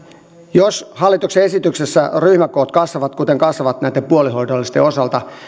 jos hallituksen esityksessä ryhmäkoot kasvavat kuten kasvavat näitten puolihoidollisten osalta